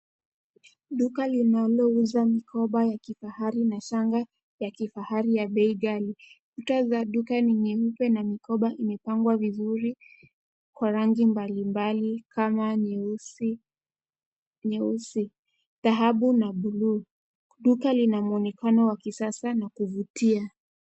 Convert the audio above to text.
Duka linalouza mikoba ya kifahari na shanga ya kifahari ya bei ghali. Kuta za duka ni nyeupe na mikoba imepangwa vizuri kwa rangi mbalimbali kama nyeusi, dhahabu na bluu. Duka lina mwonekano wa kisasa na kuvutia.